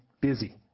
busy